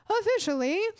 officially